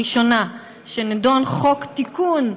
הראשונה, שנדון תיקון,